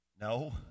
No